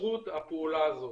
בכשרות הפעולה הזאת.